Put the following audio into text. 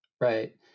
Right